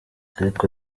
ariko